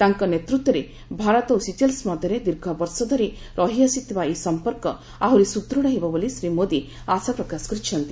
ତାଙ୍କ ନେତୃତ୍ୱରେ ଭାରତ ଓ ସିଚେଲ୍ସ୍ ମଧ୍ୟରେ ଦୀର୍ଘ ବର୍ଷଧରି ରହିଆସିଥିବା ଏହି ସମ୍ପର୍କ ଆହୁରି ସୁଦୃଢ ହେବ ବୋଲି ଶ୍ରୀ ମୋଦି ଆଶାପ୍ରକାଶ କରିଛନ୍ତି